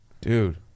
dude